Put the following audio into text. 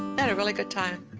and a really good time.